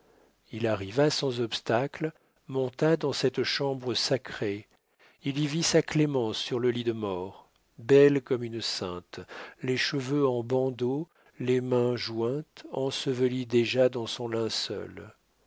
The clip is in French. il arriva sans obstacles monta dans cette chambre sacrée il y vit sa clémence sur le lit de mort belle comme une sainte les cheveux en bandeau les mains jointes ensevelie déjà dans son linceul